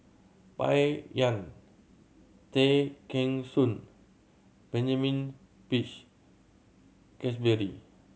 Bai Yan Tay Kheng Soon Benjamin Peach Keasberry